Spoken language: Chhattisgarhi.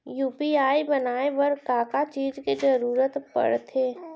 यू.पी.आई बनाए बर का का चीज के जरवत पड़थे?